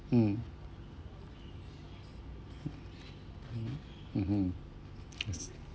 mm mm mmhmm I see